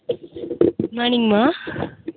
good மார்னிங்மா